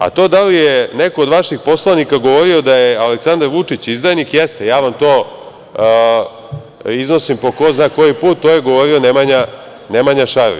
A, to da li je neko od vaših poslanika govorio da li je Aleksandar Vučić izdajnik - jeste, ja vam to iznosim po ko zna koji put, to je govorio Nemanja Šarović.